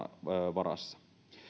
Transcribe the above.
varassa